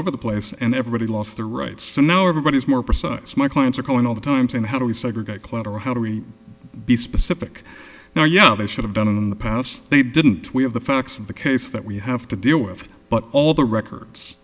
over the place and everybody lost their rights and now everybody is more precise my clients are going all the time to how do we segregate collateral how do we be specific now yeah they should have been in the past they didn't have the facts of the case that we have to deal with but all the records